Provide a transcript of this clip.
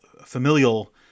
familial